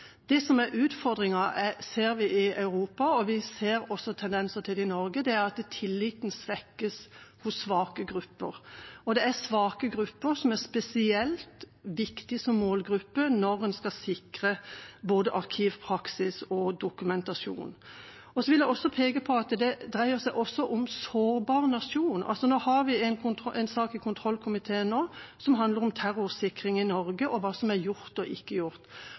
Det som er utfordringen – det ser vi i Europa, og vi ser tendenser til det i Norge – er at tilliten svekkes hos svake grupper, og det er svake grupper som er spesielt viktig som målgruppe når en skal sikre både arkivpraksis og dokumentasjon. Så vil jeg peke på at det også dreier seg om en sårbar nasjon. Vi har en sak i kontrollkomiteen nå som handler om terrorsikring i Norge, om hva som er gjort og ikke gjort.